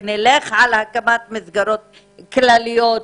ונלך על הקמת מסגרות כלליות